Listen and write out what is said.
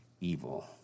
evil